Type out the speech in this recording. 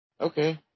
Okay